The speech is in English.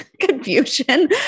confusion